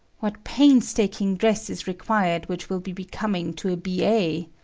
what painstaking dress is required which will be becoming to a b a!